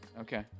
Okay